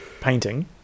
painting